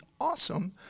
awesome